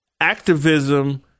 activism